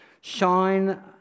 Shine